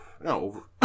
no